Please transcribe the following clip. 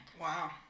Wow